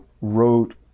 wrote